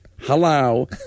hello